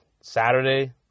Saturday